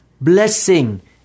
blessing